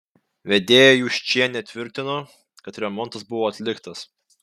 vedėja juščienė tvirtino kad remontas buvo atliktas